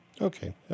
Okay